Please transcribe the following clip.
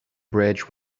bridge